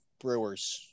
Brewers